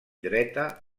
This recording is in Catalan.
dreta